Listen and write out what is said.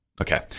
Okay